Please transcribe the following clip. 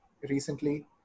recently